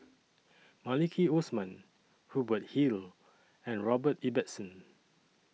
Maliki Osman Hubert Hill and Robert Ibbetson